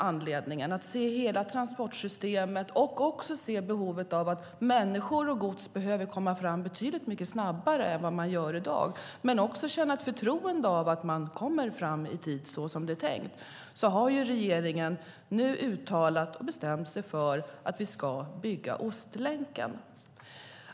För att hela transportsystemet ska fungera - för att människor och gods ska komma fram betydligt snabbare än i dag, men också för att kunna känna förtroende för att komma fram i tid så som det är tänkt - har regeringen nu uttalat och bestämt sig för att vi ska bygga Ostlänken.